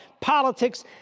politics